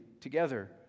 together